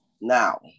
Now